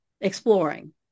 exploring